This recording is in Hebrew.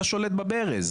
אתה שולט בברז.